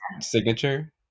Signature